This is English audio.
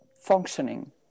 functioning